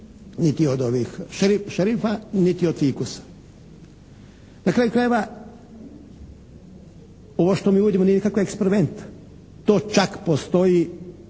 niti od šerifa niti od fikusa. Na kraju krajeva ovo što mi uvodimo nije nikakav eksperiment. To čak postoji